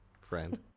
friend